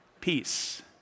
Peace